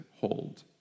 hold